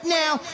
now